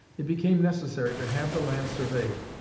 it became necessary to have the land surveyed,